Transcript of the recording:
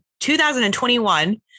2021